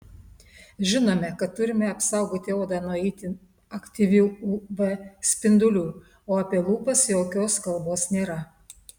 žinome kad turime apsaugoti odą nuo itin aktyvių uv spindulių o apie lūpas jokios kalbos nėra